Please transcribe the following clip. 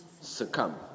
Succumb